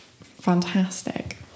fantastic